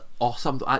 awesome